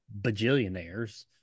bajillionaires